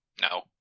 No